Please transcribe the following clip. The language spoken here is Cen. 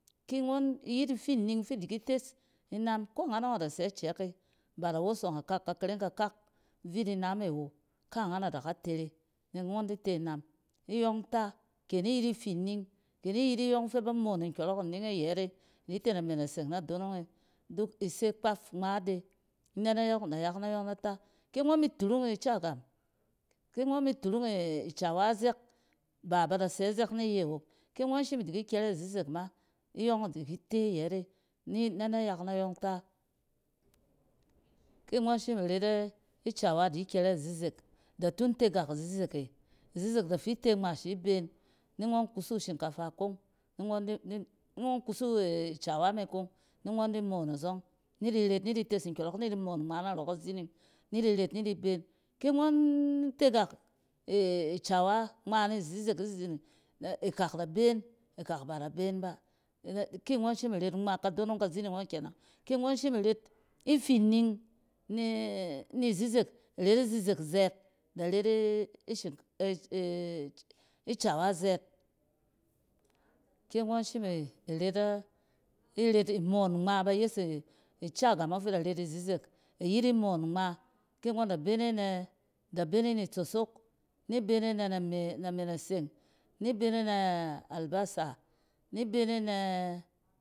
Ki ngↄn iyet ifi ning fi di ki tes, inam ko angan ↄng ada sɛ icɛk e. Bada wosong aka ka kareng kakak vit iname awo. Ka’ngam ada ka tere nek ngↄn di te inam iyↄng ta. Ke ini yet iti ning, ke ni yet iyↄng fɛ ba moon nkyↄrↄk ininge ayɛt e nite name naseng na donong e ise duk ise kpaf ngma de nɛ-nɛ yↄng, nayak nayↄn nɛ ta. Ki ngↄn mi turung caga ki ngↄn mi turung acawa a zɛk b aba da sɛ azɛk niye wo. Ki mgↄn shim idi ki kyɛrɛ izezek ma iyↄng idi kit e yɛt e ninɛ nayak nayↄng ta. Ki ngↄn shimiret icawa di kyɛrɛ izezek, da tun tegak izizeke. Izizek da fi te ngmash ni ben, ni ngↄn kusu shinkafa kung ni ngↄn di, ni ngↄn kusu cawa me kong ni ngↄn di moon azↄng, ni di ret ni di tes nkyↄrↄk ni di moon ngma na rↄ kazining ni di ret ni di ben. Ki ngↄn tegak cawa ngma ni zizek-izin ikak da ben ikak bada ben ba-in ki ngↄn shim iret ngma kadonong kazining ↄng kenɛng. ki ngↄn shim iret ifi ning ni zizek, ret izizek zɛɛt da ret cawa zɛɛt. Ki ngↄn shim iret a-iret-imoon ngma ba yes e ica gam ↄng fi da ret ni zizek. I yet immon ngma. Ki ngↄn da bene nɛ, da bene ni itsosok, ni bene na name naseng ni bene na ilbasa ni bene nɛ.